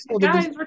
Guys